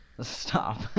Stop